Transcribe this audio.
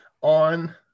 on